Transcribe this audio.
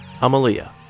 Amalia